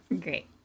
Great